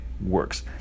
Works